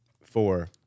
Four